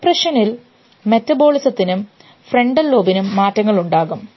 ഡിപ്രഷനിൽ മെറ്റബോളിസത്തിനും ഫ്രണ്ടൽ ലോബിനും മാറ്റങ്ങൾ ഉണ്ടാകും